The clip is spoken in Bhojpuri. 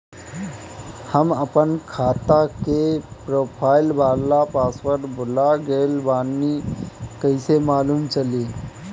हम आपन खाता के प्रोफाइल वाला पासवर्ड भुला गेल बानी कइसे मालूम चली?